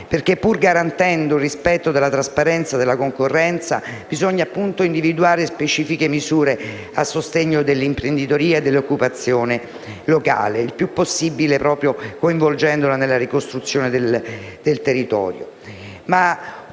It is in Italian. perché, pur garantendo il rispetto della trasparenza e della concorrenza, occorre individuare specifiche misure a sostegno dell'imprenditoria e dell'occupazione locali, il più possibile coinvolgendole nella ricostruzione del territorio.